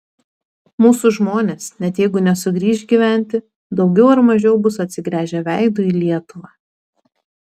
mūsų žmonės net jeigu nesugrįš gyventi daugiau ar mažiau bus atsigręžę veidu į lietuvą